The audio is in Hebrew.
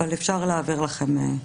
אבל אפשר להעביר לכם.